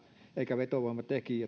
eikä vetovoimatekijä